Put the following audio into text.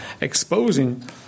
exposing